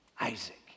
Isaac